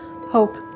Hope